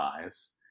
bias